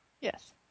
Yes